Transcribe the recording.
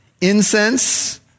Incense